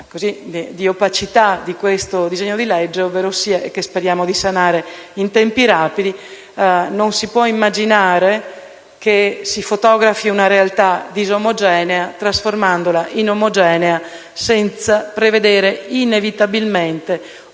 di opacità di questo disegno di legge e che speriamo di sanare in tempi rapidi: non si può immaginare di fotografare una realtà disomogenea trasformandola in omogenea senza prevedere, inevitabilmente, un